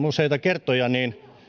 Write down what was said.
useita kertoja